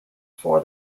for